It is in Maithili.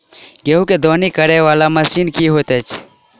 गेंहूँ केँ दौनी करै वला मशीन केँ होइत अछि?